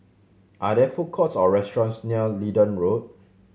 are there food courts or restaurants near Leedon Road